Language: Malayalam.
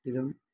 ഇതും